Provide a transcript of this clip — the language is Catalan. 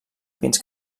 pins